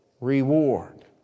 reward